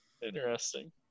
interesting